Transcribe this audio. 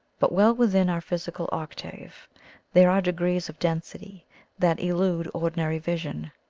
but well within our phys ical octave there are degrees of density that elude ordinary vision.